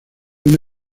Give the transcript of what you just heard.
una